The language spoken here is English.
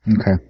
Okay